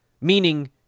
Meaning